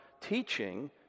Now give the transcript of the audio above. teaching